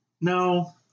No